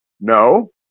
No